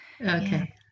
Okay